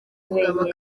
mugabo